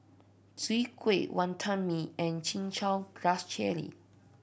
Chwee Kueh Wantan Mee and Chin Chow Grass Jelly